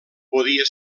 podia